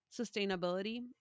sustainability